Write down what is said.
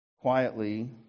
quietly